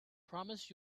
promise